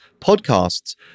podcasts